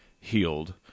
healed